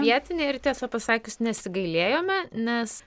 vietiniai ir tiesą pasakius nesigailėjome nes